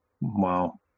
Wow